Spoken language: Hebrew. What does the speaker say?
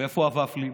ואיפה הוופלים?